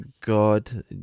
god